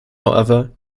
however